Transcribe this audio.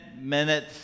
minutes